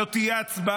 זאת תהיה הצבעה.